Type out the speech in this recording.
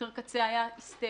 מחיר קצה היה היסטרי